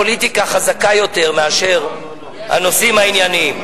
הפוליטיקה חזקה יותר מהנושאים הענייניים.